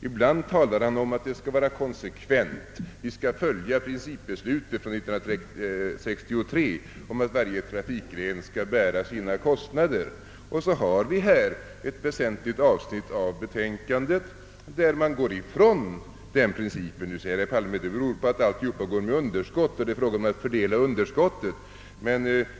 Ibland talar han om att vi skall vara konsekventa och följa principbeslutet från 1963 om att varje trafikgren själv skall bära sina kostnader. I betänkandet finns emellertid ett väsentligt avsnitt där man går ifrån den principen. Då säger herr Palme att detta beror på att allting går med underskott och att det är fråga om att fördela detta.